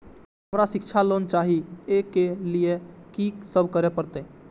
हमरा शिक्षा लोन चाही ऐ के लिए की सब करे परतै?